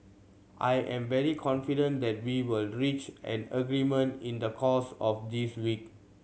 I am very confident that we will reach an agreement in the course of this week